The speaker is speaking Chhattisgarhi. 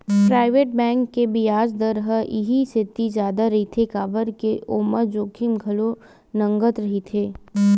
पराइवेट बेंक के बियाज दर ह इहि सेती जादा रहिथे काबर के ओमा जोखिम घलो नँगत रहिथे